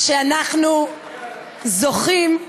אנחנו זוכים,